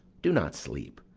do not sleep,